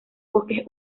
bosques